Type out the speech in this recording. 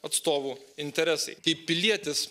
atstovų interesai kaip pilietis